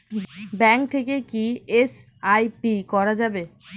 Bank থেকে কী SIP করা যাবে?